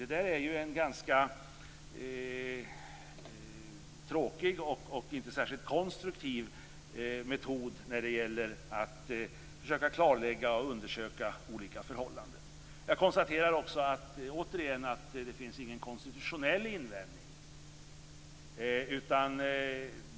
Det är en ganska tråkig och inte särskilt konstruktiv metod för att klarlägga och undersöka olika förhållanden. Jag konstaterar återigen att det inte finns någon konstitutionell invändning.